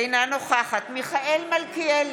אינה נוכחת מיכאל מלכיאלי,